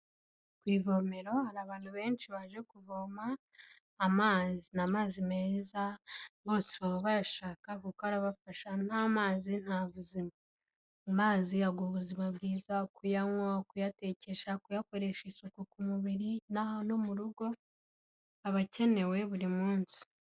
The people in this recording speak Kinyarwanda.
Ku ivomero hari abantu benshi baje kuvoma, amazi, n'amazi meza, bose baba bayashaka kuko arabafasha ntamazi nta buzima. Amazi aguha ubuzima bwiza, kuyanywa, kuyatekesha, kuyakoresha isuku ku mubiri, n'ahan no mu rugo abakenewe buri munsi